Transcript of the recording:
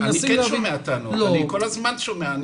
אני כל הזמן שומע טענות.